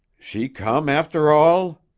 she come after all?